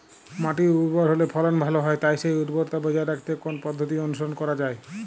মাটি উর্বর হলে ফলন ভালো হয় তাই সেই উর্বরতা বজায় রাখতে কোন পদ্ধতি অনুসরণ করা যায়?